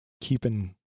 keeping